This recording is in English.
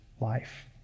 life